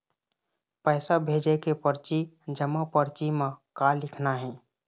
पैसा भेजे के परची जमा परची म का लिखना हे?